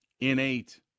innate